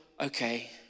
okay